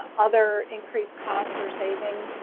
um other increased costs or savings,